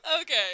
Okay